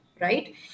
right